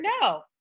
No